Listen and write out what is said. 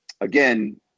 Again